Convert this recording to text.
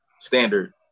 standard